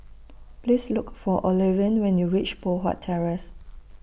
Please Look For Olivine when YOU REACH Poh Huat Terrace